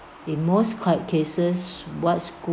in most court cases what school